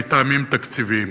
מטעמים תקציביים.